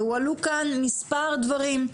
והועלו כאן מספר דברים,